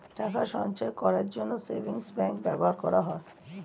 টাকা সঞ্চয় করার জন্য সেভিংস ব্যাংক ব্যবহার করা হয়